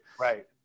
Right